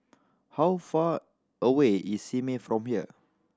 how far away is Simei from here